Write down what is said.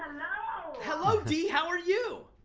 ah hello, dee, how are you?